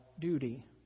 duty